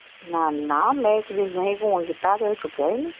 ना ना मैं इक दिन तुसें फोन कीत्ता तुसैं चुक्केआ ही नेईं